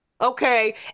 okay